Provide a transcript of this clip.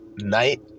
night